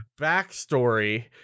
backstory